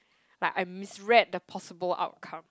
but I misread the possible outcome